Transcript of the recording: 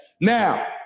Now